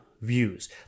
views